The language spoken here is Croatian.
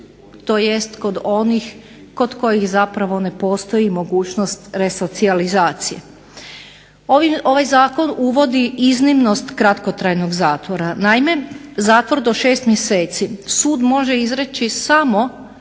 tj. kod onih kojih zapravo ne postoji mogućnost resocijalizacije. Ovaj zakon uvodi iznimnost kratkotrajnog zatvora. Naime, zatvor do 6 mjeseci sud može izreći samo